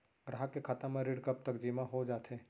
ग्राहक के खाता म ऋण कब तक जेमा हो जाथे?